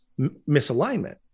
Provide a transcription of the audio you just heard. misalignment